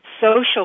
social